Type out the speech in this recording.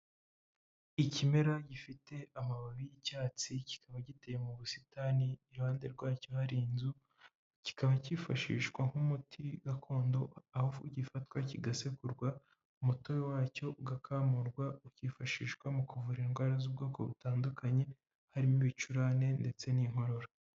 Ikimera gifite amababi y'icyatsi, kikaba giteye mu busitani, iruhande rwacyo hari inzu, kikaba kifashishwa nk'umuti gakondo, aho gifatwa kigasegurwa, umutobe wacyo ugakamurwa, ukifashishwa mu kuvura indwara z'ubwoko butandukanye, harimo ibicurane ndetse n'inkorora.